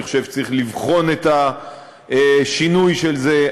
אני חושב שצריך לבחון את השינוי של זה,